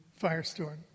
firestorm